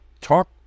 talk